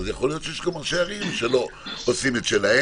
אז יכול להיות שיש גם ראשי ערים שלא עושים את שלהם,